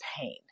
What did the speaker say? pain